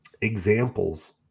examples